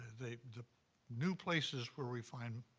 the the new places where we find